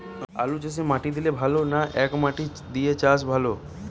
আলুচাষে মাটি দিলে ভালো না একমাটি দিয়ে চাষ ভালো?